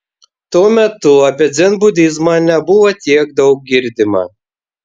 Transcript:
tuo metu apie dzenbudizmą nebuvo tiek daug girdima